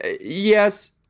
yes